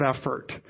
effort